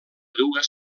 dues